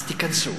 אז, תיכנסו.